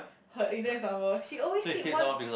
her index number she always sit once